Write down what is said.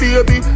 Baby